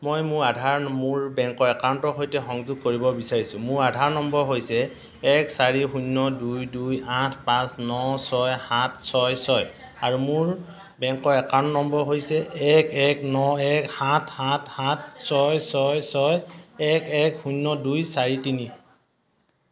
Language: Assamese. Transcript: মই মোৰ আধাৰ মোৰ বেংক একাউণ্টৰ সৈতে সংযোগ কৰিব বিচাৰিছোঁ মোৰ আধাৰ নম্বৰ হৈছে এক চাৰি শূন্য দুই দুই আঠ পাঁচ ন ছয় সাত ছয় ছয় আৰু মোৰ বেংকৰ একাউণ্ট নম্বৰ হৈছে এক এক ন এক সাত সাত সাত ছয় ছয় ছয় এক এক শূন্য দুই চাৰি তিনি